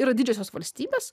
yra didžiosios valstybės